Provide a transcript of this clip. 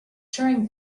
during